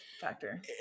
factor